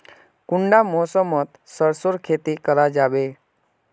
कुंडा मौसम मोत सरसों खेती करा जाबे?